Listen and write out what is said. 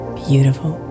beautiful